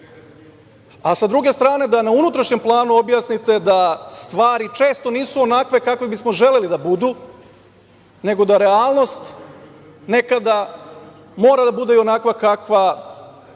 a sa druge strane da na unutrašnjem planu objasnite da stvari nisu često onakve kakve bismo želeli da budu, nego da realnost nekada mora da bude i onakva kakva